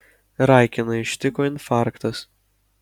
raikiną ištiko infarktas